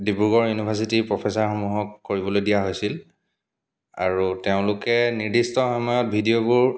ডিব্ৰুগড় ইউনিভাৰ্ছিটিৰ প্ৰফেছৰসমূহক কৰিবলৈ দিয়া হৈছিল আৰু তেওঁলোকে নিৰ্দিষ্ট সময়ত ভিডিঅ'বোৰ